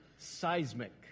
seismic